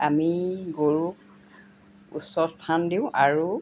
আমি গৰুক উচ্চত ফান দিওঁ আৰু